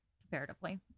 comparatively